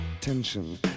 tension